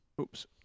Oops